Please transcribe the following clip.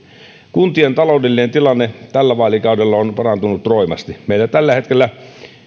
kuntien taloudellinen tilanne on tällä vaalikaudella parantunut roimasti meillä tällä hetkellä